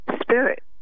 spirit